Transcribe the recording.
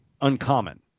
uncommon